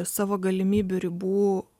savo galimybių ribų